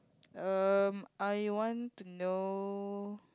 um I want to know